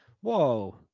Whoa